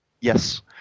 Yes